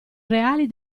reali